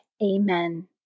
Amen